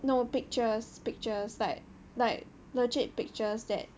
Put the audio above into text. no pictures pictures like like legit pictures that